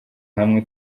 hamwe